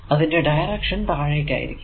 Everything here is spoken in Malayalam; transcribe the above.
അതിന്റെ ഡയറക്ഷൻ താഴേക്കായിരിക്കും